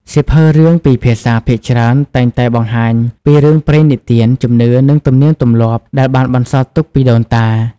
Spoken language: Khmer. សៀវភៅរឿងពីរភាសាភាគច្រើនតែងតែបង្ហាញពី រឿងព្រេងនិទាន ជំនឿ និង ទំនៀមទម្លាប់ ដែលបានបន្សល់ទុកពីដូនតា។